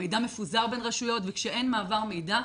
המידע מפוזר בין רשויות וכשאין מעבר מידע,